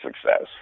success